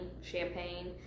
champagne